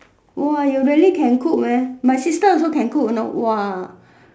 !wah! you really can cook man my sister also can cook know !wah!